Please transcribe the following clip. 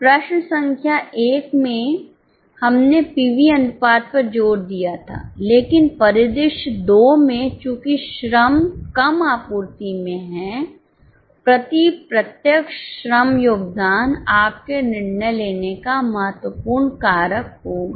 प्रश्न संख्या 1 में हमने पीवी अनुपात पर जोर दिया था लेकिन परिदृश्य 2 में चूंकि श्रम कम आपूर्ति में है प्रति प्रत्यक्ष श्रम योगदान आपकेनिर्णय लेने का महत्वपूर्ण कारक होगा